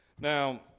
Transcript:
now